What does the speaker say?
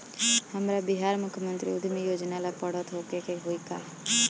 हमरा बिहार मुख्यमंत्री उद्यमी योजना ला पढ़ल होखे के होई का?